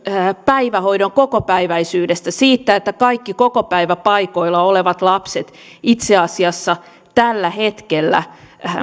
päivähoidon kokopäiväisyydestä siitä että kaikki kokopäiväpaikoilla olevat lapset itse asiassa tällä hetkellä